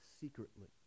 secretly